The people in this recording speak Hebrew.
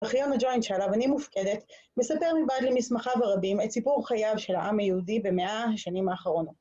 ארכיון הג'וינט שעליו, אני מופקדת, מספר מבעד למסמכיו הרבים את סיפור חייו של העם היהודי במאה השנים האחרונות.